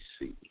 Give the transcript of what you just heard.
see